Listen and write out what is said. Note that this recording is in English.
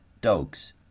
dogs